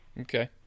Okay